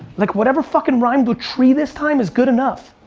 like whatever fucking rhymes with tree this time is good enough.